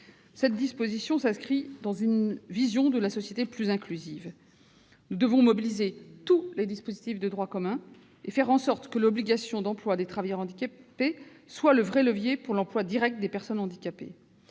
Cette disposition s'inscrit dans notre vision d'une société plus inclusive. Nous devons mobiliser tous les dispositifs de droit commun et faire en sorte que l'obligation d'emploi des travailleurs handicapés soit le vrai levier pour l'emploi direct de ces personnes. Grâce